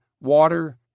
water